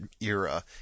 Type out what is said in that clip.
era